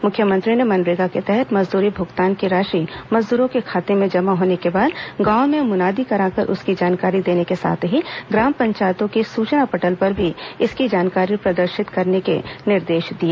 मुख्यमंत्री ने मनरेगा के तहत मजदूरी भूगतान की राशि मजद्रों के खाते में जमा होने के बाद गांवों में मुनादी कराकर उसकी जानकारी देने के साथ ही ग्राम पंचायतों के सूचना पटल पर भी इसकी जानकारी प्रदर्शित करने के निर्देश दिए